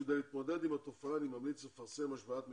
כדי להתמודד עם התופעה אני ממליץ לפרסם השוואת מחירים,